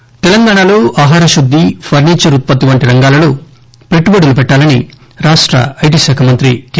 కెటిఆర్ తెలంగాణాలో ఆహారశుద్ది ఫర్పీచర్ ఉత్పత్తి వంటి రంగాలలో పెట్టుబడులు పెట్టాలని రాష్ట ఐటి శాఖ మంత్రి కె